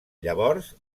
llavors